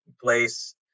place